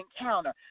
encounter